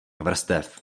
vrstev